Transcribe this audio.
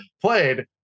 played